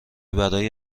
برای